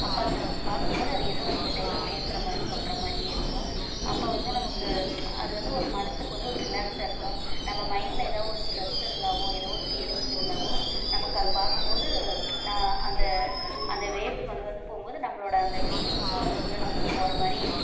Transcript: அப்போ அது நமக்கு பார்க்கும்போது அது ஏதோ நம்பகிட்ட ஏதோ பேசுகிற மாதிரி சொல்கிற மாதிரியே இருக்கும் அப்போ வந்து நமக்கு அது வந்து ஒரு மனதுக்கு வந்து ஒரு ரிலாக்ஸாக இருக்கும் நம்ம மைண்டில் ஏதா ஒரு ஸ்ட்ரெஸ் இருந்தாலோ ஏதோ ஒரு ஃபீலிங்ஸ் இருந்தாலோ நமக்கு அது பார்க்கும்போது நான் அந்த அந்த வேவ்ஸ் வந்து வந்து போகும்போது நம்பளோடய அந்த ஃபீலிங்ஸும் அதுக்குள்ளே நமக்கு போகிற மாதிரி